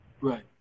Right